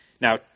Now